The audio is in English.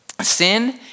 Sin